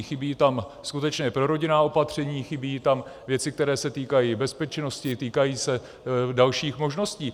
Chybí tam skutečná prorodinná opatření, chybí tam věci, které se týkají bezpečnosti, týkají se dalších možností.